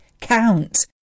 count